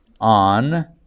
on